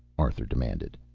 arthur demanded.